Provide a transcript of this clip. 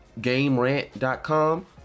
GameRant.com